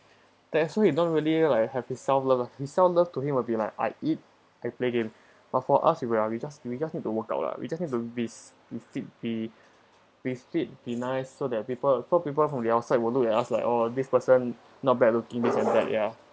that's why he don't really like have his self love lah his self love to him would be like I eat I play game but for us we we are we just we just need to work out lah we just need to be be fit be be fit be nice so that people from the outside will look at us like oh this person not bad looking this and that ya